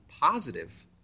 positive